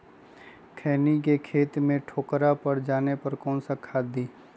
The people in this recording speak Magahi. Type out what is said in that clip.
खैनी के खेत में ठोकरा पर जाने पर कौन सा खाद दी?